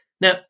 Now